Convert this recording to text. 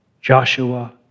Joshua